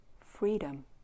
freedom